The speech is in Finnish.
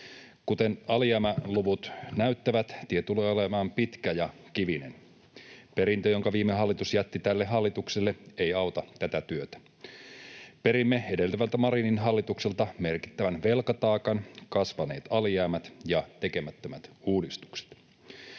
Kuten alijäämäluvut näyttävät, tie tulee olemaan pitkä ja kivinen. Perintö, jonka viime hallitus jätti tälle hallitukselle, ei auta tätä työtä. Perimme edeltävältä Marinin hallitukselta merkittävän velkataakan, kasvaneet alijäämät ja tekemättömät uudistukset.